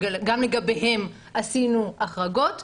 שגם לגביהם עשינו החרגות.